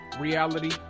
Reality